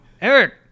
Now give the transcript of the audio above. Eric